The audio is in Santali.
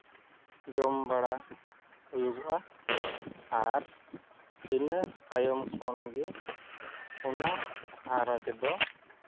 ᱡᱚᱢ ᱵᱟᱲᱟ ᱦᱩᱭᱩᱜᱚᱜᱼᱟ ᱟᱨ ᱤᱱᱟᱹ ᱛᱟᱭᱚᱢ ᱠᱷᱚᱱᱜᱮ ᱚᱱᱟ ᱜᱷᱟᱨᱚᱸᱡᱽ ᱫᱚ